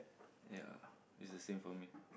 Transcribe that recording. ya it is the same for me